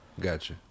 Gotcha